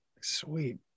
Sweet